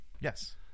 Yes